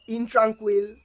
Intranquil